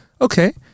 Okay